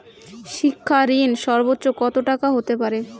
শিক্ষা ঋণ সর্বোচ্চ কত টাকার হতে পারে?